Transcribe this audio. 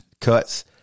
cuts